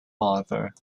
father